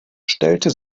stellt